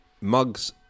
mugs